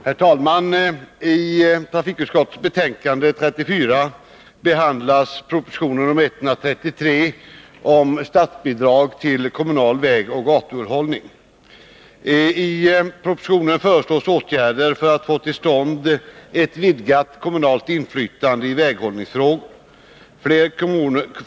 Herr talman! I detta betänkande behandlas proposition nr 133 om statsbidrag till kommunal vägoch gatuhållning. I propositionen föreslås åtgärder för att få till stånd ett vidgat kommunalt inflytande i väghållningsfrågor.